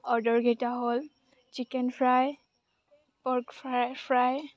অৰ্ডাৰকেইটা হ'ল chicken fry pork fry fry